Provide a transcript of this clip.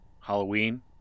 Halloween